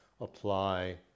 apply